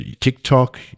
TikTok